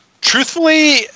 truthfully